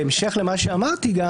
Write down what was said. בהמשך למה שאמרתי,